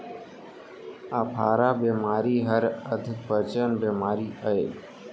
अफारा बेमारी हर अधपचन बेमारी अय